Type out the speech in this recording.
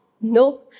no